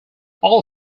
all